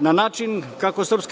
način kako SRS